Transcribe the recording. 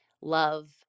love